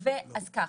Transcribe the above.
אז ככה,